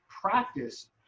practice